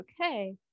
okay